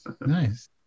Nice